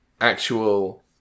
Actual